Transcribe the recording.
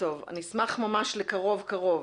אני אשמח ממש לקרוב קרוב.